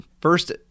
first